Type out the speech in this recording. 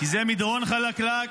כי זה מדרון חלקלק.